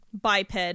biped